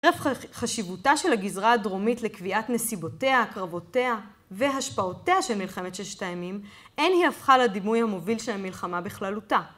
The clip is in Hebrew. ערב חשיבותה של הגזרה הדרומית לקביעת נסיבותיה, הקרבותיה והשפעותיה של מלחמת ששת הימים אין היא הפכה לדימוי המוביל של המלחמה בכללותה.